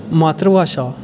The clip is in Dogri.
मात्तर भाशा